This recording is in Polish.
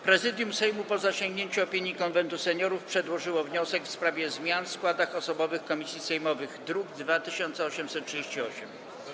Prezydium Sejmu, po zasięgnięciu opinii Konwentu Seniorów, przedłożyło wniosek w sprawie zmian w składach osobowych komisji sejmowych, druk nr 2838.